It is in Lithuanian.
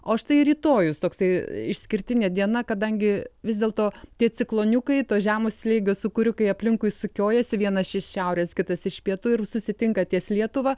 o štai rytojus toksai išskirtinė diena kadangi vis dėlto tie cikloniukai to žemo slėgio sūkuriukai aplinkui sukiojasi vienas iš šiaurės kitas iš pietų ir susitinka ties lietuva